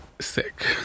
sick